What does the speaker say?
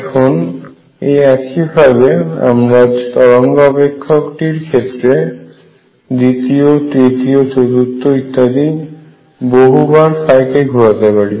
এখন একইভাবে আমরা তরঙ্গ অপেক্ষক টির ক্ষেত্রে দ্বিতীয় তৃতীয় চতুর্থ ইত্যাদি বহুবার কে ঘোরাতে পারি